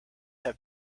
have